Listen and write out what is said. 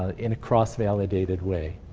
ah in a cross validated way,